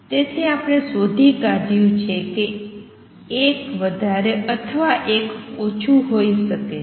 તેથી આપણે શોધી કાઢ્યું છે કે એક વધારે અથવા એક ઓછું હોય શકે છે